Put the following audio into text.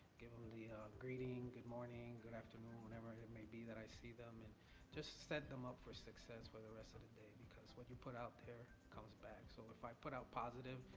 give em the greeting, good morning, good afternoon, whenever it it may be that i see them, and just set them up for success for the rest of the day because what you put out there comes back, so if i put out positive,